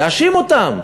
להאשים אותם.